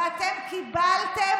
ואתם קיבלתם,